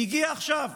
היא הגיעה עכשיו.